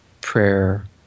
prayer